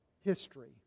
history